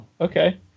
okay